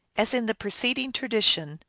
as in the preceding tradition,